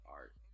art